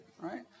right